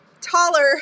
taller